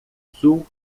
sul